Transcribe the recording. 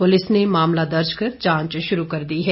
police ने मामला दर्ज कर जांच शुरू कर दी है